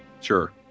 Sure